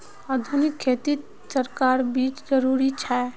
आधुनिक खेतित संकर बीज जरुरी छे